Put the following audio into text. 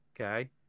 Okay